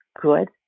good